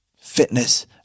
fitness